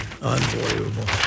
Unbelievable